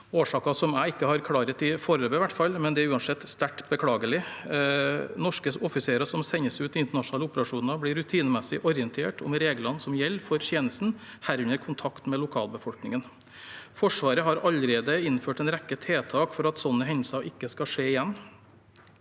foreløpig – ikke har klarhet i, men det er uansett sterkt beklagelig. Norske offiserer som sendes ut i internasjonale operasjoner, blir rutinemessig orientert om reglene som gjelder for tjenesten, herunder regler for kontakt med lokalbefolkningen. Forsvaret har allerede innført en rekke tiltak for at slike hendelser ikke skal skje igjen.